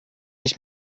ich